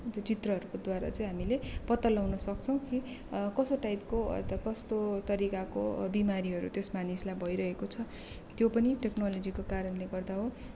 त्यो चित्रहरूको द्वारा चैँ हामीले पत्तो लाउन सक्छौँ कि कस्तो टाइपको अत कस्तो तरिकाको बिमारीहरू त्यस मानिसलाई भइरहेको छ त्यो पनि टेक्नोलोजीको कारणले गर्दा हो